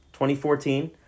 2014